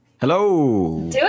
Hello